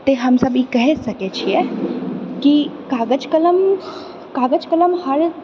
तऽ हम सभ ई कहि सकैत छिऐ कागज कलम कागज कलम हर